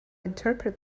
interpret